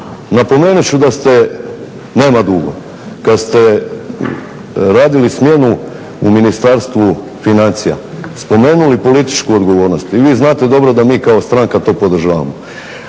napomenuti ću da ste nema dugo kada ste radili smjenu u Ministarstvu financija spomenuli političku odgovornost. I vi znate dobro da mi kao stranka to podržavamo.